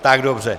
Tak dobře.